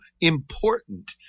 important